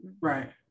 Right